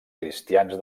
cristians